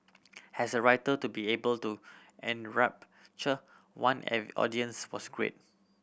has a writer to be able to enrapture one an audience was greats